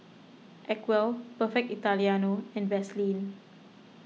Acwell Perfect Italiano and Vaseline